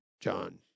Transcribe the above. John